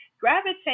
gravitate